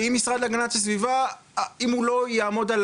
שאם המשרד להגנת הסביבה לא יעמוד על